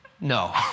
No